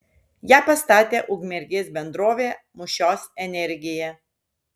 ją pastatė ukmergės bendrovė mūšios energija